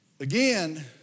again